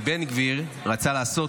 כי בן גביר רצה לעשות,